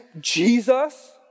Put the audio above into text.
Jesus